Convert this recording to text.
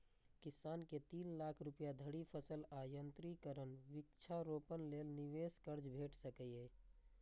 किसान कें तीन लाख रुपया धरि फसल आ यंत्रीकरण, वृक्षारोपण लेल निवेश कर्ज भेट सकैए